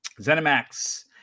ZeniMax